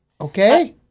Okay